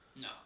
No